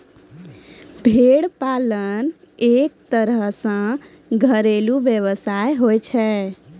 भेड़ पालन एक तरह सॅ घरेलू व्यवसाय होय छै